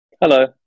Hello